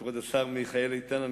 כבוד השר מיכאל איתן,